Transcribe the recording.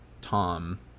Tom